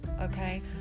okay